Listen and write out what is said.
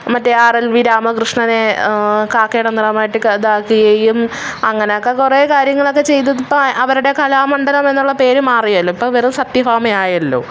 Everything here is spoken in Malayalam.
മറ്റേ ആർ എൽ വി രാമകൃഷ്ണനെ കാക്കയുടെ നിറമായിട്ട് ഇതാക്കുകയും അങ്ങനെയൊക്കെ കുറേ കാര്യങ്ങളൊക്കെ ചെയ്തത് ഇപ്പോൾ അവരുടെ കാലമണ്ഡലം എന്നുള്ള പേര് മാറിയല്ലോ ഇപ്പോൾ വെറും സത്യഭാമയായല്ലോ